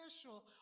special